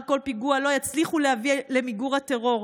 כל פיגוע לא יצליחו להביא למיגור הטרור,